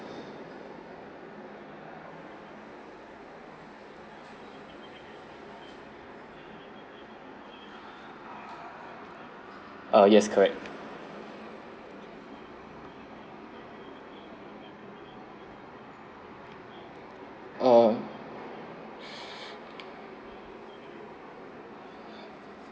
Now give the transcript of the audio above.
err yes correct err